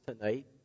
tonight